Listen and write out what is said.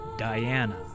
Diana